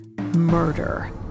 murder